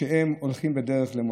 שהם הולכים בדרך אל מותם.